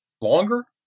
longer